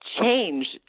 change